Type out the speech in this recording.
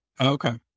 Okay